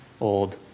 old